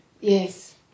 Yes